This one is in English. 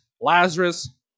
Lazarus